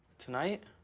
tonight?